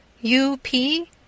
U.P